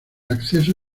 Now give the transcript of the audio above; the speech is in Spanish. acceso